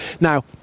Now